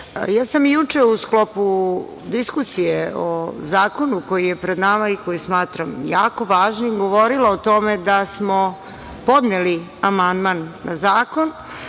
ja sam juče u sklopu diskusije o zakonu koji je pred nama i koji smatram jako važnim, govorila o tome da smo podneli amandman na zakon